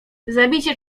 zabicie